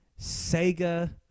Sega